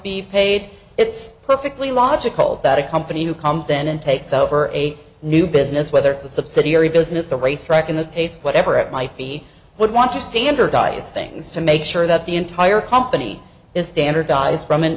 be paid it's perfectly logical that a company who comes in and takes over a new business whether it's a subsidiary business a racetrack in this case whatever it might be would want to standardize things to make sure that the entire company is standardized from an